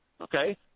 Okay